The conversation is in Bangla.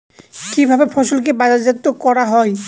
কিভাবে ফসলকে বাজারজাত করা হয়?